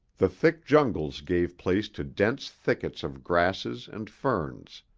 the thick jungles gave place to dense thickets of grasses and ferns,